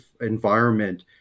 environment